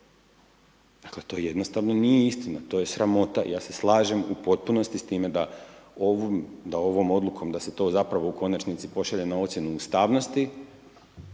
dakle to jednostavno nije istina, to je sramota. Ja se slažem u potpunosti s time da ovom odlukom da se to zapravo u konačnici pošalje na ocjenu ustavnosti,